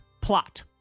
plot